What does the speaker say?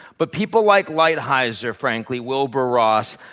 but people like lighthizer, frankly, wilbur ross,